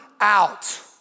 out